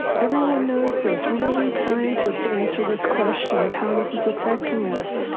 everyone knows this. we don't need scientists to answer this question of how this is affecting us.